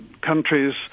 countries